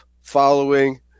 following